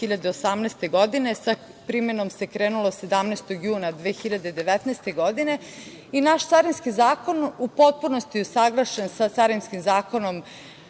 2018. godine. Sa primenom se krenulo 17. juna 2019. godine. Naš Carinski zakon u potpunosti je usaglašen sa Carinskim zakonom